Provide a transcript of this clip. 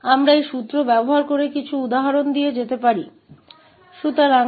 हम इस सूत्र का उपयोग करके कुछ उदाहरणों के माध्यम से जा सकते हैं